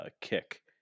kick